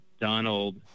Donald